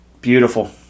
Beautiful